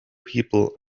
people